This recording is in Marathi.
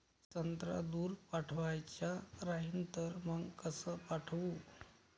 संत्रा दूर पाठवायचा राहिन तर मंग कस पाठवू?